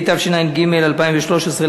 התשע"ג 2013,